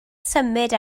symud